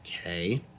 Okay